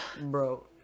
Bro